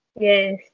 Yes